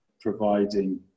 providing